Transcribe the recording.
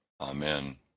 Amen